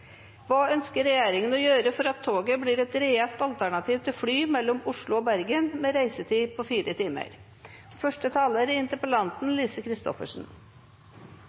Hva ønsker regjeringa å gjøre for at toget blir et reelt alternativ til fly mellom Oslo og Bergen med reisetid på fire timer?